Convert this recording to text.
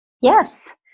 Yes